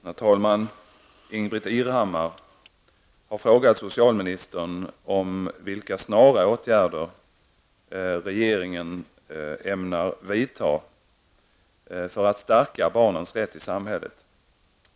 Herr talman! Ingbritt Irhammar har frågat socialministern om vilka snara åtgärder regeringen ämnar vidta för att stärka barnens rätt i samhället.